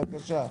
בבקשה.